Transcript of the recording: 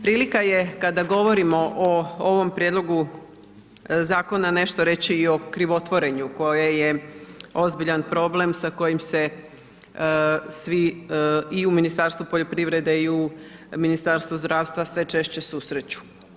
Prilika je kada govorimo o ovom prijedlogu zakona nešto reći i o krivotvorenju koje je ozbiljan problem sa kojim se svi i u Ministarstvu poljoprivrede i u Ministarstvu zdravstva sve češće susreću.